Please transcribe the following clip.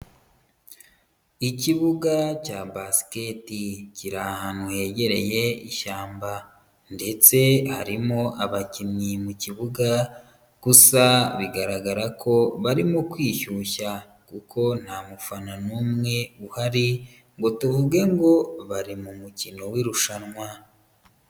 Ikibuga cya basiketl kiri ahantu hegereye ishyamba. Ndetse harimo abakinnyi mu kibuga, gusa bigaragara ko barimo kwishyushya. Kuko nta mufana n'umwe uhari, ngo tuvuge ngo bari mu mukino w'irushanwa.